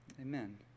Amen